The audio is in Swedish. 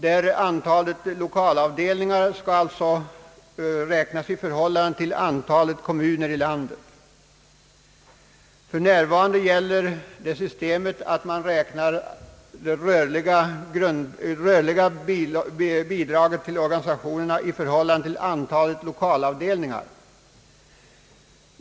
Reservanterna menar att en organisations antal lokalavdelningar skall ligga till grund för spridningsvägningstalet. Utskottsmajoriteten anser att medlemsantalet i förhållande till antalet kommuner skall utgöra grunden.